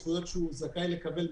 על זכויות שהוא זכאי לקבל,